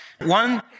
One